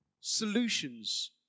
solutions